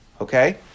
okay